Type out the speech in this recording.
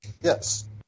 Yes